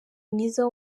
mwiza